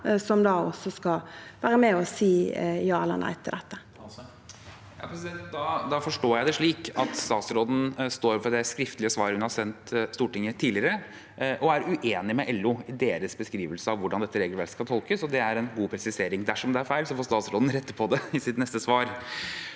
som skal være med og si ja eller nei til dette. Henrik Asheim (H) Da forstår jeg det slik at statsråden står for det skriftlige svaret hun har sendt Stortinget tidligere og er uenig med LO i deres beskrivelse av hvordan dette regelverket skal tolkes, og det er en god presisering. Dersom det er feil, får statsråden rette på det i sitt neste svar.